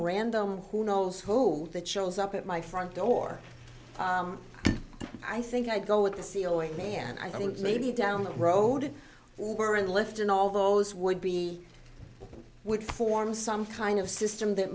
random who knows hold that shows up at my front door i think i'd go with the ceiling man i think maybe down the road it were a lift and all those would be would form some kind of system that